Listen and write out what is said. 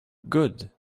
good